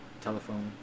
telephone